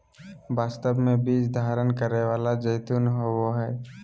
वास्तव में बीज धारण करै वाला जैतून होबो हइ